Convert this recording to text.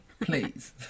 please